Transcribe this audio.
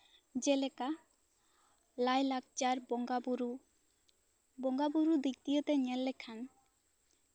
ᱡᱮᱞᱮᱠᱟ ᱞᱟᱭᱼᱞᱟᱠᱪᱟᱨ ᱵᱚᱸᱜᱟᱼᱵᱳᱨᱳ ᱵᱚᱸᱜᱟᱼᱵᱳᱨᱳ ᱫᱤᱠ ᱫᱤᱭᱮ ᱫᱚ ᱧᱮᱞ ᱞᱮᱠᱷᱟᱱ